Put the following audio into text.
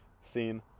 scene